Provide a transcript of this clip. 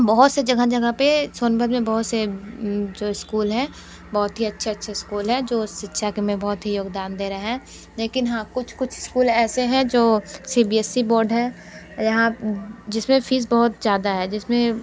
बहुत से जगह जगह पर सोनभद्र में बहुत से जो इस्कूल हैं बहुत ही अच्छे अच्छे इस्कूल हैं जो शिक्षा के में बहुत ही योगदान दे रहे हैं लेकिन हाँ कुछ कुछ स्कूल ऐसे हैं जो C B S E board है यहाँ जिस में फ़ीस बहुत ज़्यादा है जिस में